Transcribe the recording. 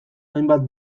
hainbat